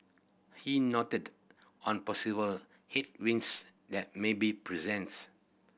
he noted on possible headwinds that may be presents